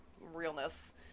realness